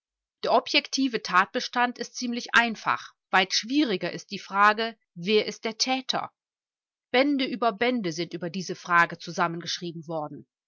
der objektive tatbestand ist ziemlich einfach weit schwieriger ist die frage wer ist der täter bände über bände sind über diese frage zusammengeschrieben worden